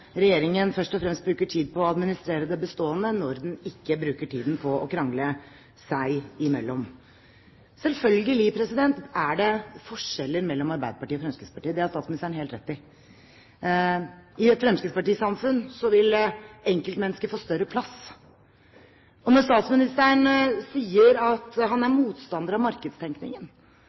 regjeringen først og fremst bruker tid på å administrere det bestående – når de ikke bruker tiden på å krangle seg imellom. Selvfølgelig er det forskjeller mellom Arbeiderpartiet og Fremskrittspartiet, det har statsministeren helt rett i. I et fremskrittspartisamfunn vil enkeltmennesket få større plass. Når statsministeren sier at han er motstander av markedstenkningen,